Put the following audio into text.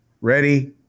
Ready